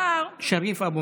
שריפה,